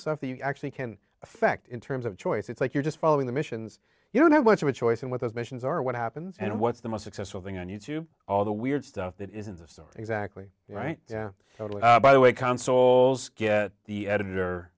stuff that you actually can affect in terms of choice it's like you're just following the missions you don't have much of a choice in what those missions are what happens and what's the most successful thing on you tube all the weird stuff that isn't the sort exactly right yeah totally by the way console's get the editor